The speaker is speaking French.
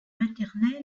maternelles